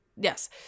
yes